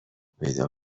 پیدا